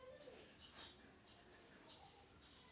फवारक हा सामान्यतः मजबूत प्लास्टिकपासून बनवलेला बॉक्स असतो